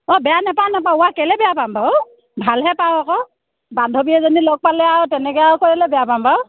অ' বেয়া নাপাওঁ নাপাওঁ ওৱা কেলে বেয়া পাম বাৰু ভালহে পাওঁ আকৌ বান্ধৱী এজনী লগ পালে বাৰু তেনেকৈ আৰু কেলে বেয়া পাম বাৰু